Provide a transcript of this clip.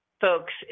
folks